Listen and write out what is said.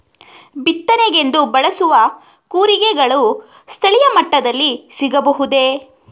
ಬಿತ್ತನೆಗೆಂದು ಬಳಸುವ ಕೂರಿಗೆಗಳು ಸ್ಥಳೀಯ ಮಟ್ಟದಲ್ಲಿ ಸಿಗಬಹುದೇ?